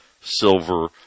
silver